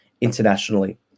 internationally